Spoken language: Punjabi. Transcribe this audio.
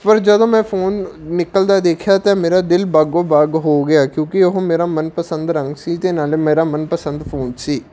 ਪਰ ਜਦੋਂ ਮੈਂ ਫ਼ੋਨ ਨਿਕਲਦਾ ਦੇਖਿਆ ਤਾਂ ਮੇਰਾ ਦਿਲ ਬਾਗ਼ੋ ਬਾਗ਼ ਹੋ ਗਿਆ ਕਿਉਂਕਿ ਉਹ ਮੇਰਾ ਮਨਪਸੰਦ ਰੰਗ ਸੀ ਅਤੇ ਨਾਲ਼ੇ ਮੇਰਾ ਮਨਪਸੰਦ ਫ਼ੋਨ ਸੀ